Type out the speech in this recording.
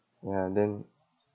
ya then